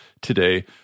today